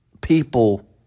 people